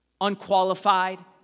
unqualified